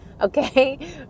okay